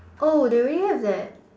oh do we have that